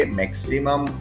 maximum